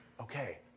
Okay